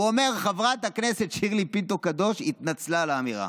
הוא אומר: חברת הכנסת שירלי פינטו קדוש התנצלה על האמירה.